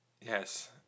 Yes